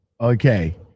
Okay